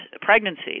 pregnancy